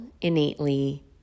innately